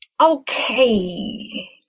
okay